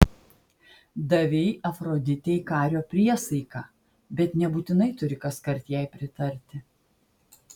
davei afroditei kario priesaiką bet nebūtinai turi kaskart jai pritarti